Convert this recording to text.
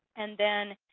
and then